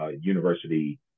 university